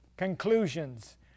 conclusions